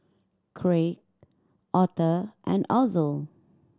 Craig Arthur and Ozell